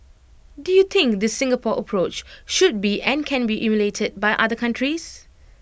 do you think this Singapore approach should be and can be emulated by other countries